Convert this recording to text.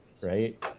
right